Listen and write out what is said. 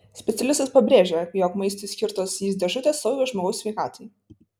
specialistas pabrėžia jog maistui skirtos jysk dėžutės saugios žmogaus sveikatai